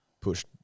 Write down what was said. Pushed